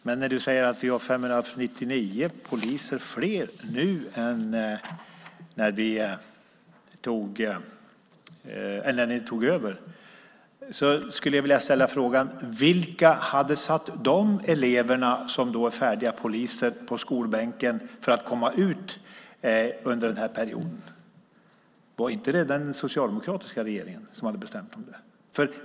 Men när du säger att vi har 599 fler poliser nu än när ni tog över makten skulle jag vilja fråga: Vilka hade satt de elever på skolbänken som nu är färdiga poliser, så att de skulle komma ut under den här perioden? Var det inte den socialdemokratiska regeringen som hade beslutat om det?